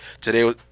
Today